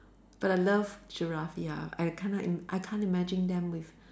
but I love giraffe ya I cannot im~ I can't imagine them with